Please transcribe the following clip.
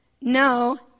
no